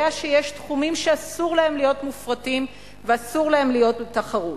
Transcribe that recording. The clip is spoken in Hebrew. יודע שיש תחומים שאסור להם להיות מופרטים ואסור להם להיות בתחרות,